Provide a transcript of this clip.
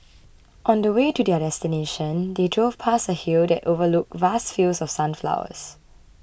on the way to their destination they drove past a hill that overlooked vast fields of sunflowers